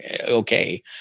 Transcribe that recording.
okay